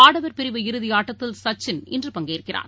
ஆடவர் பிரிவு இறுதிஆட்டத்தில் சச்சின் இன்று பங்கேற்கிறார்